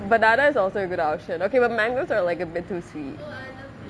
banana is also a good option okay but mangoes are like a bit too sweet